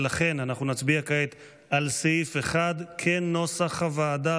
ולכן אנחנו נצביע כעת על סעיף 1 כנוסח הוועדה,